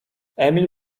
emil